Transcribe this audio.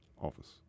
office